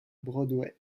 broadway